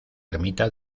ermita